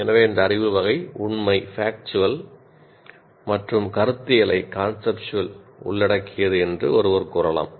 எனவே இந்த அறிவு வகை உண்மை உள்ளடக்கியது என்று ஒருவர் கூறலாம்